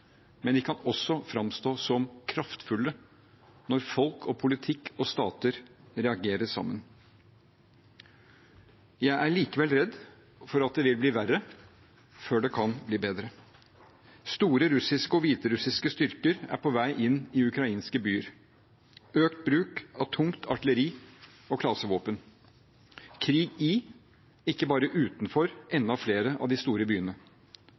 men de kan også framstå som kraftfulle når folk, politikk og stater reagerer sammen. Jeg er likevel redd for at det vil bli verre før det kan bli bedre. Store russiske og hviterussiske styrker er på vei inn i ukrainske byer. Det er økt bruk av tungt artilleri og klasevåpen. Det er krig i, ikke bare utenfor enda flere av de store byene.